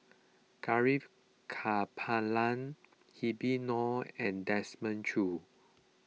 Gaurav Kripalani Habib Noh and Desmond Choo